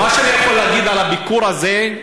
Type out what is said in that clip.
מה שאני יכול להגיד על הביקור הזה,